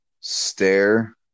stare